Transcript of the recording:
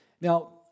Now